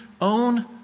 own